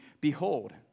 Behold